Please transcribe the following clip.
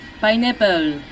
Pineapple